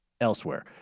elsewhere